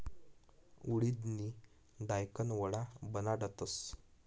उडिदनी दायकन वडा बनाडतस